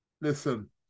Listen